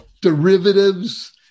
derivatives